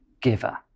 giver